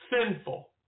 sinful